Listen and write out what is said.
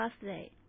birthday